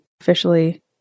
Officially